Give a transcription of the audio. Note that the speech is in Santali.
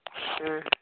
ᱦᱮᱸ